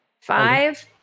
five